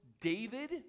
David